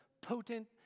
potent